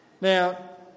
Now